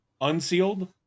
unsealed